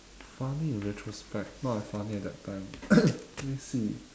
funny in retrospect not that funny at that time let me see